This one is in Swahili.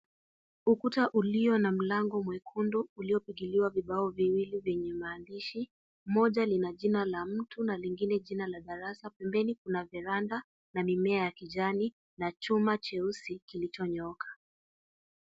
Ukuta ulio na mlango mwekundu uliopigiliwa vibao viwili vyenye maandishi moja lina jina la mtu na ligine jina la darasa. Pembeni kuna veranda na mimea ya kijani na chuma cheusi kilicho nyooka.